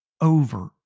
over